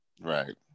Right